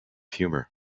humor